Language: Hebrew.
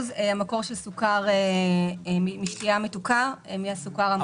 המקור של סוכר משתייה מתוקה מבין כלל הסוכר.